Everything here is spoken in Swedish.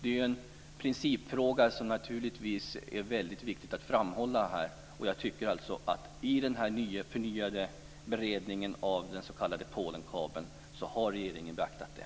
Det är en principfråga som naturligtvis är väldigt viktig att framhålla. Jag tycker att regeringen i den förnyade beredningen av s.k. Polenkabeln har beaktat det.